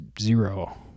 zero